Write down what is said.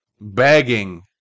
begging